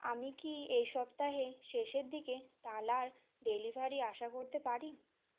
আমি কি এই সপ্তাহে শেষের দিকে তালার ডেলিভারি আশা করতে পারি